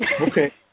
Okay